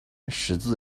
十字